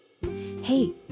Hey